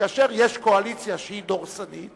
שכאשר יש קואליציה שהיא דורסנית,